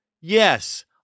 Yes